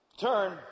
Turn